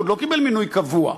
הוא לא קיבל מינוי קבוע,